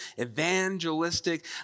evangelistic